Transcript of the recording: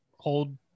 hold